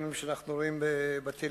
אנטישמיים שאנחנו רואים בטלוויזיה.